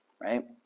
right